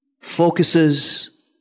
focuses